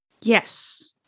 Yes